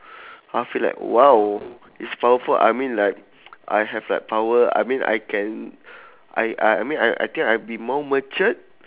I feel like !wow! it's powerful I mean like I have that power I mean I can I I I mean I I think I'd be more matured